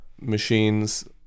machines